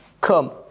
come